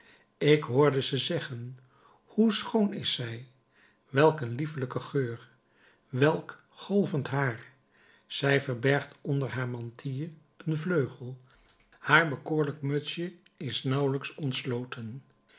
ik hoorde ze zeggen hoe schoon is zij welk een liefelijke geur welk golvend haar zij verbergt onder haar mantilje een vleugel haar bekoorlijk mutsje is nauwelijks ontsloten